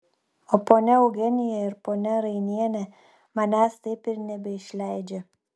o ponia eugenija ir ponia rainienė manęs taip ir nebeišleidžia